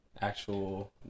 actual